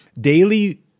daily